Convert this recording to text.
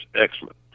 excellent